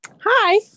Hi